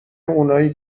اونای